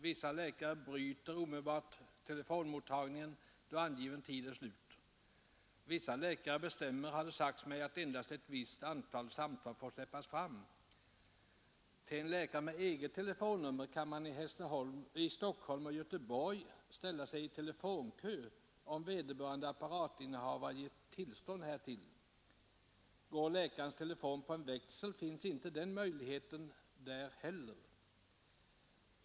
Vissa läkare bryter omedelbart telefonmottagningen då angiven tid är slut. Somliga läkare bestämmer, har det sagts mig, att endast ett visst antal samtal får släppas fram. Hos en läkare med eget telefonnummer kan man i Stockholm och Göteborg ställa sig i telefonkö, om vederbörande apparatinnehavare givit tillstånd härtill. Går läkarens telefon på en växel, finns inte den möjligheten där heller.